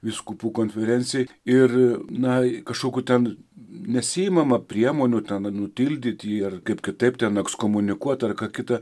vyskupų konferencijai ir na kažkokių ten nesiimama priemonių ten ar nutildyti jį ar kaip kitaip ten ekskomunikuot ar ką kita